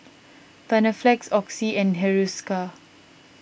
Panaflex Oxy and Hiruscar